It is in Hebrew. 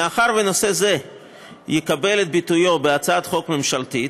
מאחר שנושא זה יקבל את ביטויו בהצעת חוק ממשלתית,